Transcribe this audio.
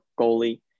goalie